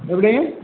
எப்படி